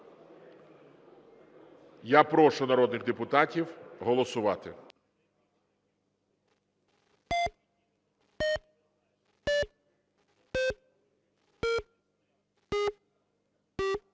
Я прошу народних депутатів голосувати.